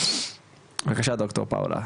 בבקשה ד"ר פאולה.